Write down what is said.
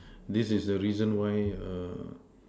this is the reason why err